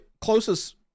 closest